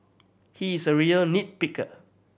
he is a real nit picker